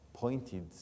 Pointed